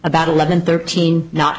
about eleven thirteen not